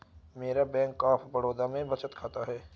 मेरा bank of Baroda में बचत खाता है